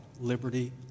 liberty